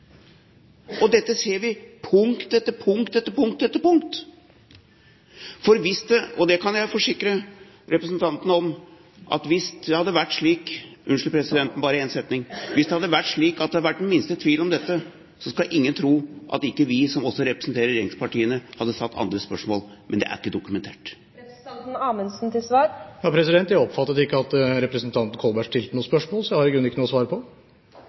konkret. Dette ser vi på punkt etter punkt etter punkt, og det kan jeg forsikre representanten om: Hvis det hadde vært slik – unnskyld, president, men bare en setning til – hvis det hadde vært slik at det hadde vært den minste tvil om dette, så skal ingen tro at ikke vi som også representerer regjeringspartiene, hadde satt andre spørsmål, men det er ikke dokumentert. Representanten Anundsen, til svar. President, jeg oppfattet ikke at representanten Kolberg stilte noe spørsmål, så jeg har i grunnen ikke noe å svare på.